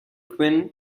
quinn